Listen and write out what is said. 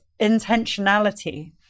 intentionality